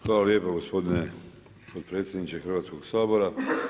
Hvala lijepa gospodine potpredsjedniče Hrvatskoga sabora.